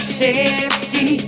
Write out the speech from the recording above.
safety